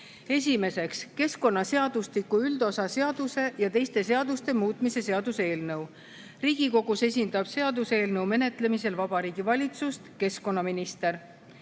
Esiteks, keskkonnaseadustiku üldosa seaduse ja teiste seaduste muutmise seaduse eelnõu. Riigikogus esindab seaduseelnõu menetlemisel Vabariigi Valitsust keskkonnaminister.